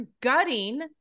gutting